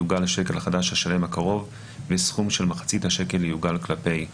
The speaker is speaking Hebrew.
יעוגל לשקל החדש השלם הקרוב וסכום של מחצית השקל יעוגל כלפי מטה.